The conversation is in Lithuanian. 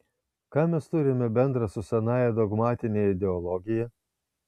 ką mes turime bendra su senąja dogmatine ideologija